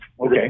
Okay